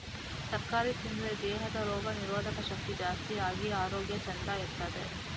ತರಕಾರಿ ತಿಂದ್ರೆ ದೇಹದ ರೋಗ ನಿರೋಧಕ ಶಕ್ತಿ ಜಾಸ್ತಿ ಆಗಿ ಆರೋಗ್ಯ ಚಂದ ಇರ್ತದೆ